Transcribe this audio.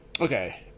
Okay